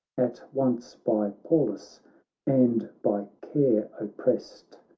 at once by pallas and by care opprest.